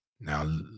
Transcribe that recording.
Now